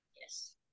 Yes